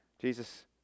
Jesus